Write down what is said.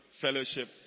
fellowship